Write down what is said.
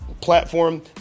platform